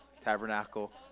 tabernacle